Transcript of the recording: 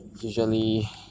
Usually